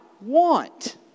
want